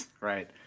right